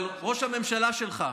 אבל ראש הממשלה שלך,